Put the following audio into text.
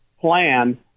plan